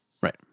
right